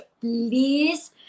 please